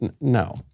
No